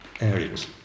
areas